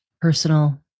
personal